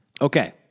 Okay